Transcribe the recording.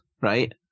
right